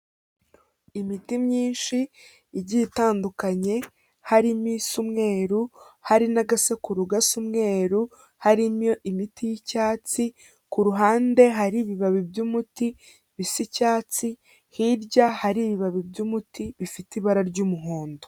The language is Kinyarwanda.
Imiti myinshi igiye itandukanye harimo isa umweru hari n'agasekuru gasa umweru harimo imiti y'icyatsi, ku ruhande hari ibibabi by'umuti bisa icyatsi, hirya hari ibibabi by'umuti bifite ibara ry'umuhondo.